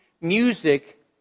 music